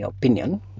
opinion